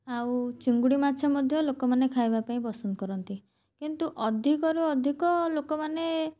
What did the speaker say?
ଆଉ ଚିଙ୍ଗୁଡ଼ି ମାଛ ମଧ୍ୟ ଲୋକମାନେ ଖାଇବା ପାଇଁ ପସନ୍ଦ କରନ୍ତି କିନ୍ତୁ ଅଧିକରୁ ଅଧିକ ଲୋକମାନେ